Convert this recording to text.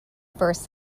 first